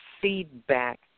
feedback